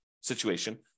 situation